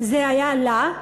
זה היה לה.